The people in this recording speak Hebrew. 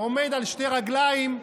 עומד על שתי רגליים,